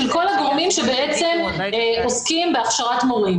של כל הגורמים שבעצם עוסקים בהכשרת מורים.